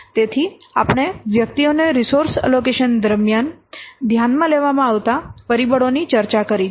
તેથી આપણે વ્યક્તિઓને રિસોર્સ એલોકેશન દરમિયાન ધ્યાનમાં લેવાતા પરિબળોની ચર્ચા કરી છે